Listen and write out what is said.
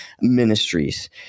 ministries